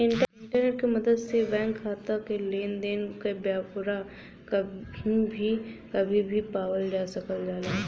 internet क मदद से बैंक खाता क लेन देन क ब्यौरा कही भी कभी भी पावल जा सकल जाला